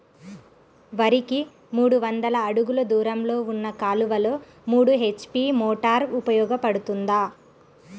వరికి మూడు వందల అడుగులు దూరంలో ఉన్న కాలువలో మూడు హెచ్.పీ మోటార్ ఉపయోగపడుతుందా?